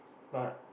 but